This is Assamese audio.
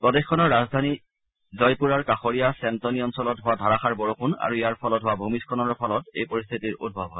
প্ৰদেশখনৰ ৰাজধানী জয়পুৰাৰ কাষৰীয়া ছেণ্টনি অঞ্চলত হোৱা ধাৰাসাৰ বৰযুণ আৰু ইয়াৰ ফলত হোৱা ভূমিস্থলনৰ ফলত এই পৰিস্থিতিৰ উদ্ভৱ হয়